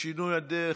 שינוי הדרך,